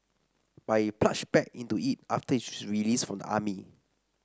but he plunged back into it after his release from the army